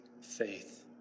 faith